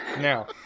Now